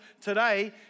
today